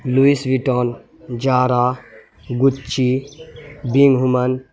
Louis Vuitton Zara Gucci بینگ ہومن